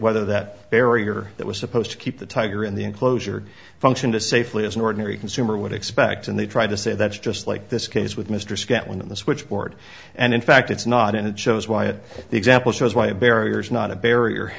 whether that barrier that was supposed to keep the tiger in the enclosure function to safely as an ordinary consumer would expect and they try to say that's just like this case with mr scantlin in the switchboard and in fact it's not and it shows why it the example shows why a barrier is not a barrier